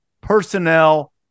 personnel